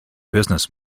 business